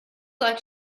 like